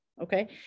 Okay